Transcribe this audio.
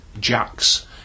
jacks